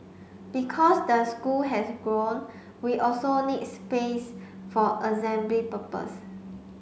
because the school has grown we also need space for assembly purpose